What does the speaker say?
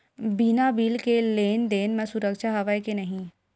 बिना बिल के लेन देन म सुरक्षा हवय के नहीं?